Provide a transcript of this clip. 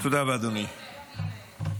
תודה רבה, אדוני.